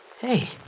Hey